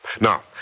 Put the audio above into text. Now